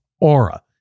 Aura